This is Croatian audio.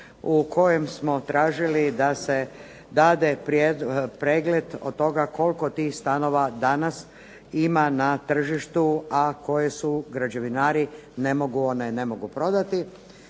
u kojoj smo tražili da se dade pregled od toga koliko tih stanova danas ima na tržištu a koje građevinari ne mogu prodati